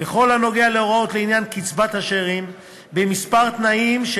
בכל הנוגע להוראות לעניין קצבת השאירים בכמה תנאים,